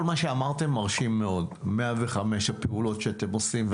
כל מה שאמרתם מרשים מאוד 105 הפעולות שאתם עושים,